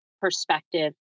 perspective